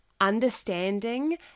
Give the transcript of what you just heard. understanding